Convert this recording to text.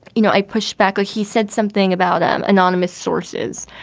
you know, i pushed back or he said something about, um, anonymous sources.